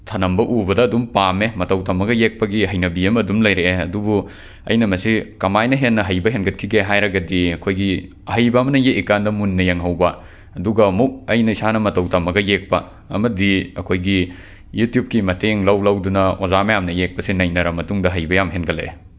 ꯊꯅꯝꯕ ꯎꯕꯗ ꯑꯗꯨꯝ ꯄꯥꯝꯃꯦ ꯃꯇꯧ ꯇꯝꯃꯒ ꯌꯦꯛꯄꯒꯤ ꯍꯩꯅꯕꯤ ꯑꯃ ꯑꯗꯨꯝ ꯂꯩꯔꯑꯦ ꯑꯗꯨꯕꯨ ꯑꯩꯅ ꯃꯁꯤ ꯀꯃꯥꯏꯅ ꯍꯦꯟꯅ ꯍꯩꯕ ꯍꯦꯟꯒꯠꯈꯤꯒꯦ ꯍꯥꯏꯔꯒꯗꯤ ꯑꯩꯈꯣꯏꯒꯤ ꯑꯍꯩꯕ ꯑꯃꯅ ꯌꯦꯏꯀꯥꯟꯗ ꯃꯨꯟꯅ ꯌꯦꯡꯍꯧꯕ ꯑꯗꯨꯒ ꯑꯃꯨꯛ ꯑꯩꯅ ꯏꯁꯥꯅ ꯃꯇꯧ ꯇꯝꯃꯒ ꯌꯦꯛꯄ ꯑꯃꯗꯤ ꯑꯩꯈꯣꯏꯒꯤ ꯌꯨꯇ꯭ꯌꯨꯞꯀꯤ ꯃꯇꯦꯡ ꯂꯧ ꯂꯧꯗꯨꯅ ꯑꯣꯖꯥ ꯃꯌꯥꯝꯅ ꯌꯦꯛꯄꯁꯦ ꯅꯩꯅꯔ ꯃꯇꯨꯡꯗ ꯍꯩꯕ ꯌꯥꯝ ꯍꯦꯟꯒꯠꯂꯑꯦ